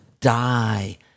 die